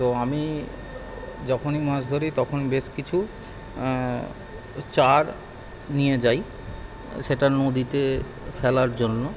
তো আমি যখনই মাছ ধরি তখন বেশ কিছু চার নিয়ে যাই সেটা নদীতে ফেলার জন্য